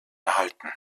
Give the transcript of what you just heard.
erhalten